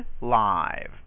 live